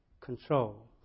control